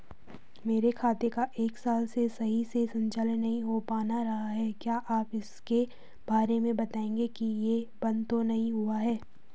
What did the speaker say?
मेरे खाते का एक साल से सही से संचालन नहीं हो पाना रहा है क्या आप इसके बारे में बताएँगे कि ये बन्द तो नहीं हुआ है?